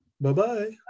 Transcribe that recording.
bye-bye